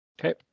Okay